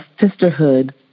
sisterhood